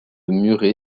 murray